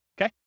Okay